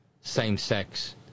same-sex